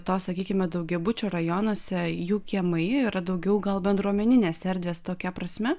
to sakykime daugiabučių rajonuose jų kiemai yra daugiau gal bendruomeninės erdvės tokia prasme